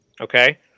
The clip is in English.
okay